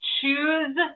choose